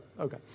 Okay